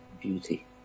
beauty